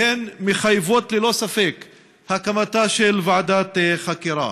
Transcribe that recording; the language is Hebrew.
והן מחייבות ללא ספק את הקמתה של ועדת חקירה.